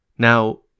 Now